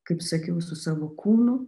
kaip sakiau su savo kūnu